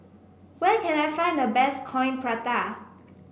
where can I find the best Coin Prata